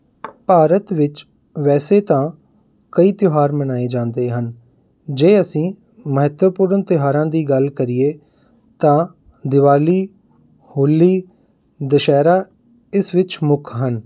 ਭਾਰਤ ਵਿੱਚ ਵੈਸੇ ਤਾਂ ਕਈ ਤਿਉਹਾਰ ਮਨਾਏ ਜਾਂਦੇ ਹਨ ਜੇ ਅਸੀਂ ਮਹੱਤਵਪੂਰਨ ਤਿਉਹਾਰਾਂ ਦੀ ਗੱਲ ਕਰੀਏ ਤਾਂ ਦੀਵਾਲੀ ਹੋਲੀ ਦੁਸਹਿਰਾ ਇਸ ਵਿੱਚ ਮੁੱਖ ਹਨ